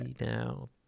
now